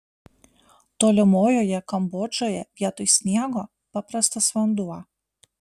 tolimojoje kambodžoje vietoj sniego paprastas vanduo